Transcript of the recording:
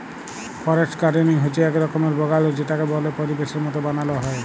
forest gardening হচ্যে এক রকমের বাগাল যেটাকে বল্য পরিবেশের মত বানাল হ্যয়